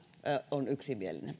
on yksimielinen